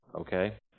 Okay